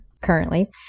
currently